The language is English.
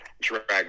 drag